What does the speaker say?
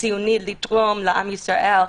הציוני לתרום לעם ישראל,